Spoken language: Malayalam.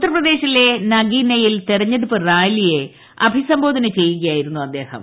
ഉത്തർപ്രദേശിലെ നാഗിനയിൽ തെരഞ്ഞെടുപ്പ് റാലിയെ അഭിസംബോധന ചെയ്യുകയായിരുന്നു അദ്ദേഹം